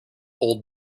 old